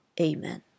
Amen